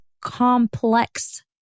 complex